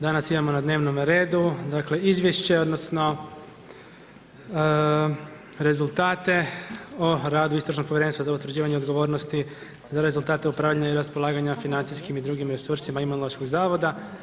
Danas imamo na dnevnome redu Izvješće odnosno rezultate o radu Istražnog povjerenstva za utvrđivanje odgovornosti za rezultate upravljanja i raspolaganja financijskim i drugim resursima Imunološkog zavoda.